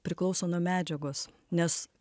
priklauso nuo medžiagos nes